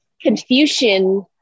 Confucian